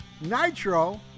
Nitro